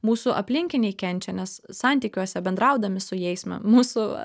mūsų aplinkiniai kenčia nes santykiuose bendraudami su jais ma mūsų